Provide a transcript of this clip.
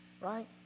right